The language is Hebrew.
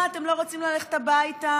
מה אתם לא רוצים ללכת הביתה?